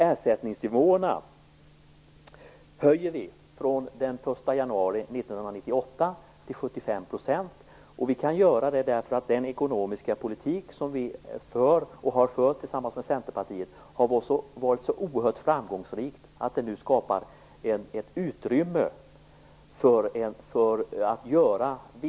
Ersättningsnivåerna höjer vi den 1 januari 1998 till 75 %. Det kan vi göra därför att den ekonomiska politik som vi för, och har fört, tillsammans med Centerpartiet är så framgångsrik att den nu skapar ett utrymme för vissa insatser.